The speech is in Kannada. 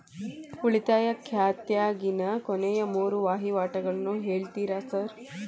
ಉಳಿತಾಯ ಖಾತ್ಯಾಗಿನ ಕೊನೆಯ ಮೂರು ವಹಿವಾಟುಗಳನ್ನ ಹೇಳ್ತೇರ ಸಾರ್?